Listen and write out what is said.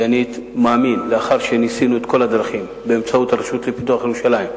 כי לאחר שניסינו את כל הדרכים באמצעות הרשות לפיתוח ירושלים,